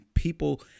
People